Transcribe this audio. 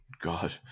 God